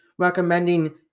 recommending